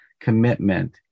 commitment